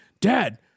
Dad